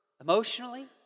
emotionally